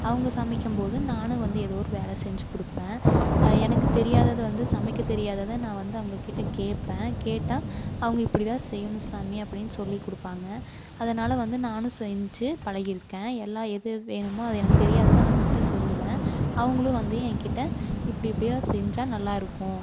அவங்க சமைக்கும் போது நானும் வந்து ஏதோ ஒரு வேலை செஞ்சு கொடுப்பேன் எனக்கு தெரியாதது வந்து சமைக்க தெரியாததை நான் வந்து அவங்க கிட்ட கேப்பேன் கேட்டால் அவங்க இப்படிதான் செய்யணும் சாமி அப்படீன்னு சொல்லி கொடுப்பாங்க அதனால் வந்து நானும் செஞ்சு பழகிருக்கேன் எல்லா எது எது வேணுமோ அது எனக்கு தெரியாததை அவங்க கிட்ட சொல்லுவேன் அவங்களும் வந்து என்கிட்ட இப்படி இப்படி எல்லாம் செஞ்சால் நல்லா இருக்கும்